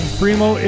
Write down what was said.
primo